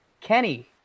Kenny